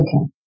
okay